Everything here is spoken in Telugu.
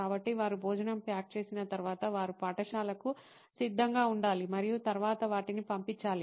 కాబట్టి వారు భోజనం ప్యాక్ చేసిన తర్వాత వారు పాఠశాలకు సిద్ధంగా ఉండాలి మరియు తరువాత వాటిని పంపించాలి